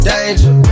Danger